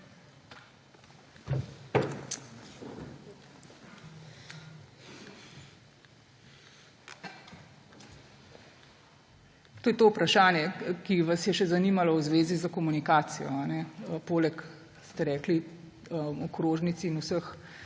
To je to vprašanje, ki vas je še zanimalo, v zvezi s komunikacijo. Poleg, ste rekli, okrožnic in vseh